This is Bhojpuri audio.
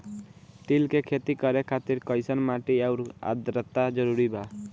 तिल के खेती करे खातिर कइसन माटी आउर आद्रता जरूरी बा?